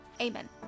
amen